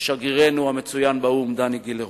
ושגרירנו המצוין באו"ם דני גילרמן.